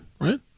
right